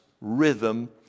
rhythm